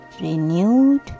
renewed